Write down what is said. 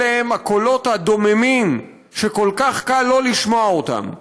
אלה הקולות הדוממים שכל כך קל שלא לשמוע אותם,